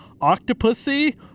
Octopussy